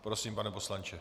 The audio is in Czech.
Prosím, pane poslanče.